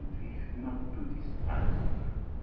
we have not to despise the will.